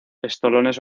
estolones